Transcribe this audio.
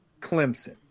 Clemson